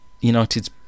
United's